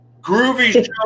Groovy